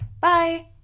Bye